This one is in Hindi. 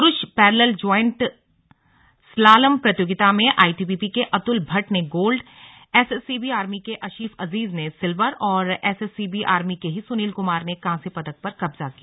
प्रूष पैरलल ज्वाइंट स्लालम प्रतियोगिता में आईटीबीपी के अतुल भट्ट ने गोल्ड एसएससीबी आर्मी के अशीफ अंजीज ने सिलवर और एसएससीबी आर्मी के ही सुनील कुमार ने कांस्य पदक पर कब्जा किया